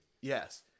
Yes